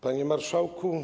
Panie Marszałku!